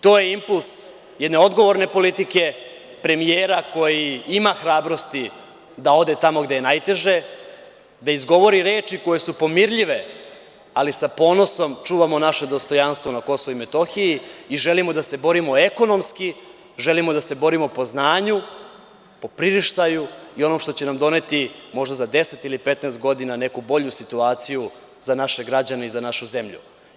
To je impuls jedne odgovorne politike, premijera koji ima hrabrosti da ode tamo gde je najteže, da izgovori reči koje su pomirljive, ali sa ponosom čuvamo naše dostojanstvo na Kosovu i Metohiji i želimo da se borimo ekonomski, želimo da se borimo po znanju, po priraštaju i onim što će nam doneti možda za deset ili 15 godina neku bolju situaciju za naše građane i za našu zemlju.